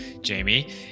Jamie